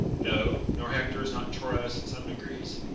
no, nor hector is not troilus in some degrees.